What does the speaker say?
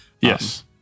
Yes